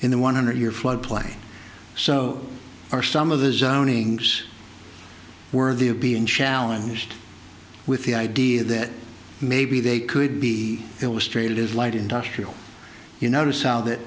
in the one hundred year flood plain so are some of the zoning worthy of being challenged with the idea that maybe they could be illustrated is light industrial you notice out that